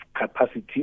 capacity